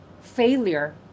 failure